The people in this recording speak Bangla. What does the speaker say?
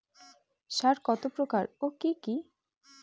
সার কত প্রকার ও কি কি?